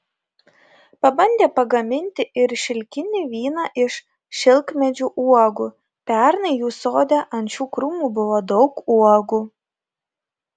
pabandė pagaminti ir šilkinį vyną iš šilkmedžių uogų pernai jų sode ant šių krūmų buvo daug uogų